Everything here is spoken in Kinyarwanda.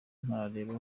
ntareba